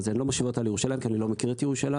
אני לא משווה אותה לירושלים כי אני לא מכיר את ירושלים,